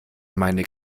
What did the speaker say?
meine